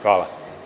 Hvala.